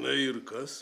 na ir kas